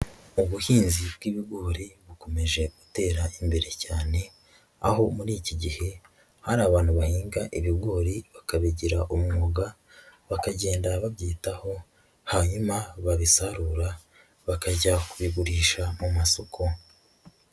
Ubuhinzi bw'ibigori bukomeje gutera imbere cyane, aho muri iki gihe hari abantu bahinga ibigori bakabigira umwuga, bakagenda babyitaho hanyuma babisarura bakajya kubigurisha mu masoko.